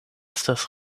estas